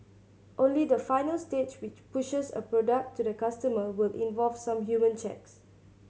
only the final stage which pushes a product to the customer will involve some human checks